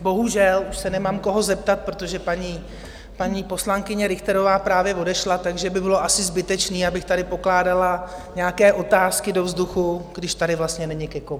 Bohužel už se nemám koho zeptat, protože paní poslankyně Richterová právě odešla, takže by bylo asi zbytečné, abych tady pokládala nějaké otázky do vzduchu, když tady vlastně není ke komu.